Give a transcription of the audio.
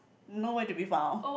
no where to be found